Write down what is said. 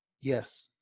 Yes